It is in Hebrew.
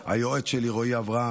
ליועץ שלי רועי אברהם,